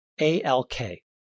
ALK